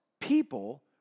people